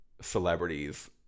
celebrities